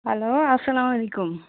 hello اَسلام علیکُم